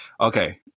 Okay